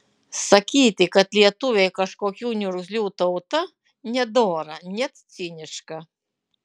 sakyti kad lietuviai kažkokių niurgzlių tauta nedora net ciniška